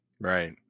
Right